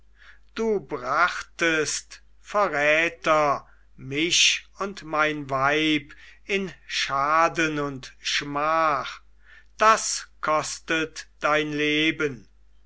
du brachtest verräter mich und mein weib in schaden und schmach das kostet dein leben